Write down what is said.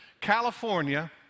California